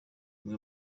imwe